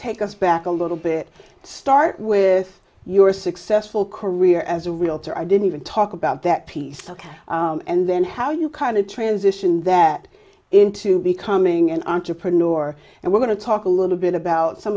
take us back a little bit start with your successful career as a realtor i didn't even talk about that piece and then how you kind of transition that into becoming an entrepreneur and we're going to talk a little bit about some